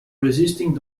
resisting